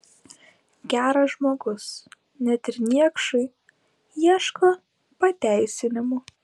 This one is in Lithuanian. geras žmogus net ir niekšui ieško pateisinimų